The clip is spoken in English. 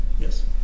Yes